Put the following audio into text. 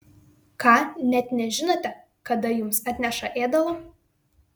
ką net nežinote kada jums atneša ėdalo